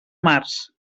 març